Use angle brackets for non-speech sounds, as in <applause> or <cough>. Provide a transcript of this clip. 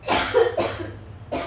<coughs>